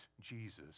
Jesus